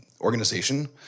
organization